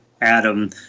Adam